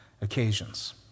occasions